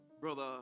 Brother